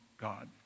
God